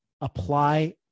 apply